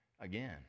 again